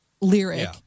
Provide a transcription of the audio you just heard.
lyric